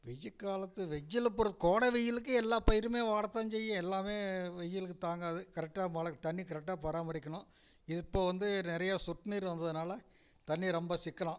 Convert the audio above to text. வெய்ல்க்காலத்து வெயில்ல அப்புறம் கோடை வெயிலுக்கு எல்லா பயிறுமே வாடத்தான் செய்யும் எல்லாமே வெயிலுக்கு தாங்காது கரெக்டாக மழை தண்ணி கரெக்டாக பராமரிக்கணும் இப்போ வந்து நிறையா சொட்டு நீர் வந்ததனால தண்ணி ரொம்ப சிக்கனம்